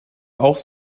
auch